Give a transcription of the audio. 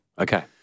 Okay